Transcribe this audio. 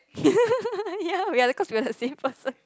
ya we are cause we're the same person